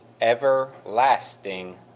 everlasting